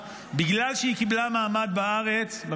בגלל שהיא קיבלה בארץ אזרחות,